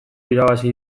irabazi